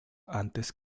antes